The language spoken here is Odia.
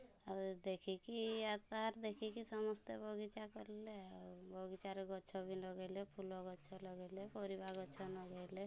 ଆଉ ଦେଖିକି ୟା ତାର ଦେଖିକି ସମସ୍ତେ ବଗିଚା କଲେ ଆଉ ବଗିଚାରେ ଗଛ ବି ଲଗାଇଲେ ଫୁଲ ଗଛ ଲଗାଇଲେ ପରିବା ଗଛ ଲଗାଇଲେ